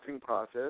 process